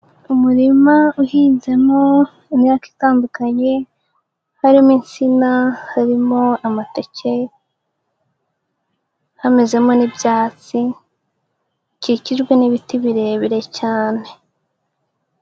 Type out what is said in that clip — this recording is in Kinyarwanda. Umurima uhinzemo imyaka itandukanye, harimo insina harimo amateke, hamezemo n'ibyatsi bikikijwe n'ibiti birebire cyane.